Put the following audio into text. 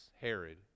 Herod